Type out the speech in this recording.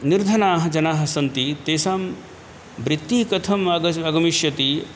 निर्धनाः जनाः सन्ति तेषां वृत्तिः कथम् आगच् आगमिष्यति